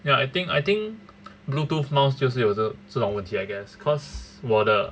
ya I think I think bluetooth mouse 就是有这种问题 I guess cause 我的